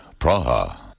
Praha